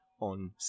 on